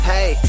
Hey